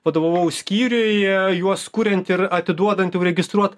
vadovavau skyriuje juos kuriant ir atiduodant jau registruot